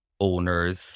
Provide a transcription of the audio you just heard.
owners